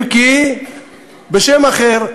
אם כי בשם אחר.